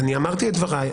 אני אמרתי את דבריי,